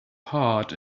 heart